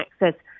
access